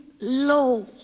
low